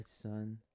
son